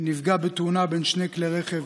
נפגע בתאונה בין שני כלי רכב,